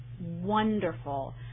wonderful